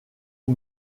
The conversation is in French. aux